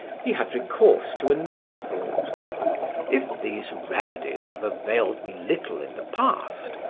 he had recourse to another thought if these remedies have availed me little in the past,